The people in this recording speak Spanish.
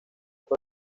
por